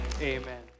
Amen